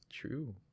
True